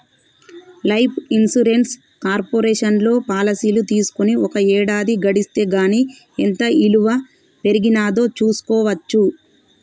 life insurance కార్పొరేషన్లో పాలసీలు తీసుకొని ఒక ఏడాది గడిస్తే గానీ ఎంత ఇలువ పెరిగినాదో చూస్కోవచ్చు